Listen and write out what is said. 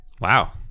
Wow